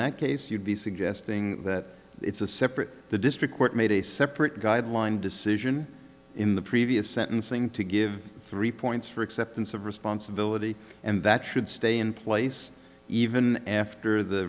that case you'd be suggesting that it's a separate the district court made a separate guideline decision in the previous sentencing to give three points for acceptance of responsibility and that should stay in place even after the